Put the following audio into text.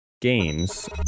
games